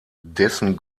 dessen